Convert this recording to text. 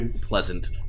pleasant